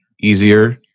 easier